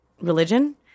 religion